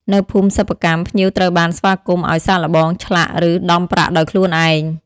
នៅភូមិសិប្បកម្ម ភ្ញៀវត្រូវបានស្វាគមន៍ឱ្យ សាកល្បង ឆ្លាក់ ឬដំប្រាក់ដោយខ្លួនឯង។